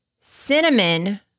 cinnamon